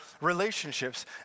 relationships